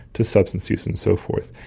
to substance use and so forth.